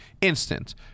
instant